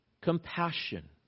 Compassion